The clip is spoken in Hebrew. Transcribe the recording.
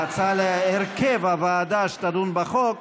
ההצעה להרכב הוועדה שתדון בחוק,